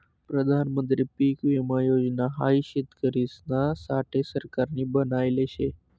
प्रधानमंत्री पीक विमा योजना हाई शेतकरिसना साठे सरकारनी बनायले शे